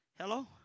Hello